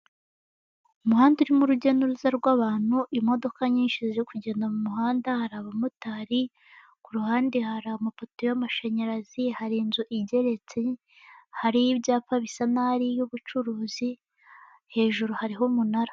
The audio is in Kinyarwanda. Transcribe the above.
Umuhanda urimo urujya n'uruza rw'abantu, imodoka nyinshi ziri kugenda mu muhanda hari abamotari ku ruhande, hari amapoto y'amashanyarazi, hari inzu igeretse hari ibyapa isa naho ariy'ubucuruzi hejuru hariho umunara.